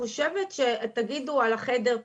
תגידו על החדר,